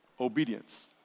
obedience